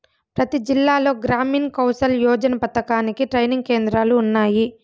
ప్రతి జిల్లాలో గ్రామీణ్ కౌసల్ యోజన పథకానికి ట్రైనింగ్ కేంద్రాలు ఉన్నాయి